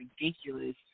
ridiculous